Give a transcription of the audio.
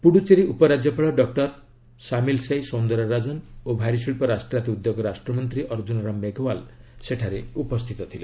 ପୁଡୁଚେରୀ ଉପରାଜ୍ୟପାଳ ଡକ୍କର ସାମିଲସାଇ ସୌନ୍ଦରା ରାଜନ୍ ଓ ଭାରିଶିଳ୍ପ ରାଷ୍ଟ୍ରାୟତ୍ତ ଉଦ୍ୟୋଗ ରାଷ୍ଟ୍ରମନ୍ତ୍ରୀ ଅର୍ଜୁନ ରାମ ମେଘୱାଲ ସେଠାରେ ଉପସ୍ଥିତ ଥିଲେ